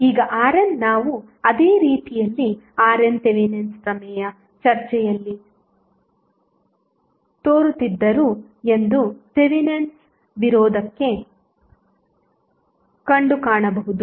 ಈಗ RN ನಾವು ಅದೇ ರೀತಿಯಲ್ಲಿ RN ತೆವೆನಿನ್ಸ್ ಪ್ರಮೇಯ ಚರ್ಚೆಯಲ್ಲಿ ತೋರುತ್ತಿದ್ದರು ಎಂದು ತೆವೆನಿನ್ಸ್ ವಿರೋಧಕ್ಕೆ ಕಂಡುಕಾಣಬಹುದು